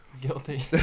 Guilty